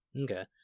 Okay